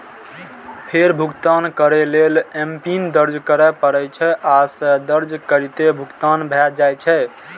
फेर भुगतान करै लेल एमपिन दर्ज करय पड़ै छै, आ से दर्ज करिते भुगतान भए जाइ छै